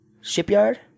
Shipyard